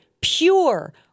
pure